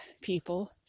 people